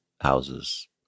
houses